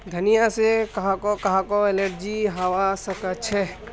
धनिया से काहको काहको एलर्जी हावा सकअछे